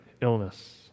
illness